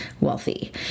Wealthy